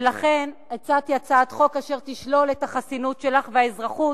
ולכן הצעתי הצעת חוק אשר תשלול את החסינות שלך והאזרחות